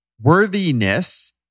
Worthiness